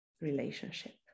relationship